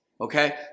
okay